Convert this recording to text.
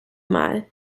mal